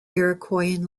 iroquoian